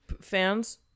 fans